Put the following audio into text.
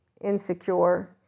insecure